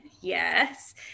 Yes